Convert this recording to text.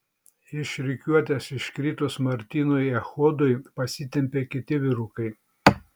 iš rikiuotės iškritus martynui echodui pasitempė kiti vyrukai